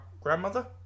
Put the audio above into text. grandmother